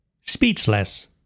speechless